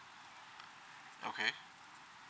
okay